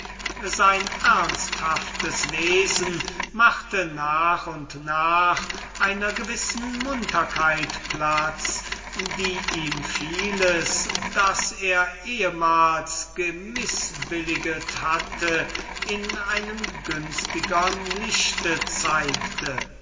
sein ernsthaftes wesen machte nach und nach einer gewissen munterkeit platz die ihm vieles das er ehmals mißbilligst hatte in einem günstigern lichte zeigte